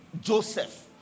Joseph